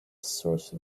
source